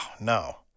no